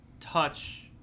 touch